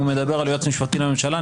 הוא מדבר על יועץ משפטי לממשלה,